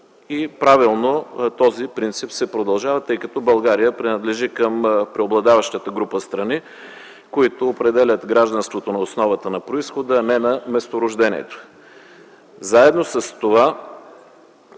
Правилно този принцип се продължава, тъй като България принадлежи към преобладаващата група страни, които определят гражданството на основата на произхода, а не на месторождението.